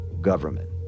government